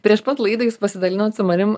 prieš pat laidą jūs pasidalinot su manim